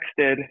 texted